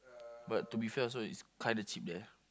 but to be fair also is kinda cheap there